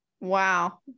Wow